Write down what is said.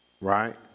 Right